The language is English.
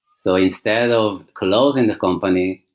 so instead of closing the company,